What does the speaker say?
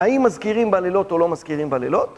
האם מזכירים בלילות או לא מזכירים בלילות?